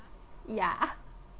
ya